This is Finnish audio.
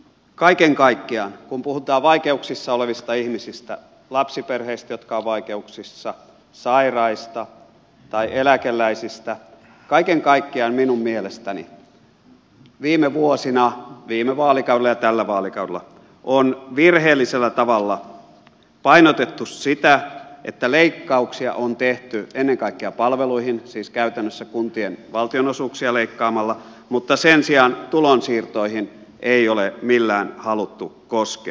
kaiken kaikkiaan kun puhutaan vaikeuksissa olevista ihmisistä lapsiperheistä jotka ovat vaikeuksissa sairaista tai eläkeläisistä kaiken kaikkiaan minun mielestäni viime vuosina viime vaalikaudella ja tällä vaalikaudella on virheellisellä tavalla painotettu sitä että leikkauksia on tehty ennen kaikkea palveluihin siis käytännössä kuntien valtionosuuksia leikkaamalla mutta sen sijaan tulonsiirtoihin ei ole millään haluttu koskea